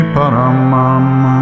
Paramam